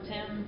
Tim